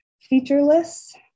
featureless